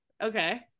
Okay